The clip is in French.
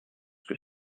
que